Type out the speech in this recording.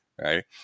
right